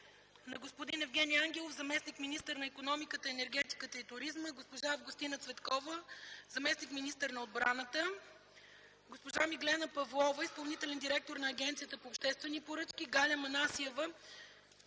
на господин Евгени Ангелов – заместник-министър на икономиката, енергетиката и туризма, госпожа Августина Цветкова – заместник-министър на отбраната, госпожа Миглена Павлова – изпълнителен директор на Агенцията по обществените поръчки, Галя Манасиева